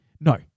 No